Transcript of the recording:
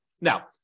Now